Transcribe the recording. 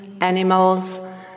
animals